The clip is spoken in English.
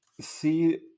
see